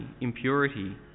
impurity